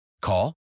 Call